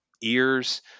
ears